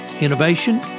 innovation